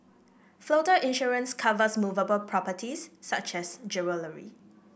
floater insurance covers movable properties such as jewellery